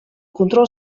control